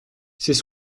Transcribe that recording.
c’est